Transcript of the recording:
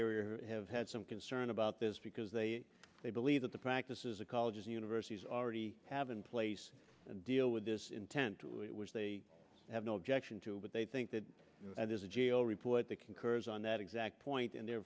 have had some concern about this because they they believe that the practices of colleges and universities already have in place to deal with this intent to it which they have no objection to but they think that that is a jail report that concurs on that exact point in the